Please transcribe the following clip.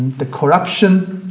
the corruption,